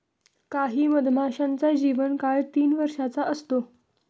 काही मधमाशांचा जीवन काळ तीन वर्षाचा असतो